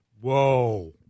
Whoa